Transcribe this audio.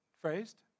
phrased